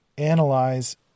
analyze